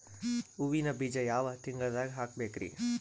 ಹೂವಿನ ಬೀಜ ಯಾವ ತಿಂಗಳ್ದಾಗ್ ಹಾಕ್ಬೇಕರಿ?